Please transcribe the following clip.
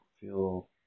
feel